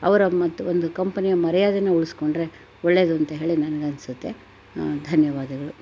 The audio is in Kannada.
ಅವರ ಮತ್ತು ಒಂದು ಕಂಪನಿಯ ಮರ್ಯಾದೆಯನ್ನ ಉಳ್ಸಿಕೊಂಡ್ರೆ ಒಳ್ಳೇದು ಅಂತ ಹೇಳಿ ನನಗನಿಸುತ್ತೆ ಧನ್ಯವಾದಗಳು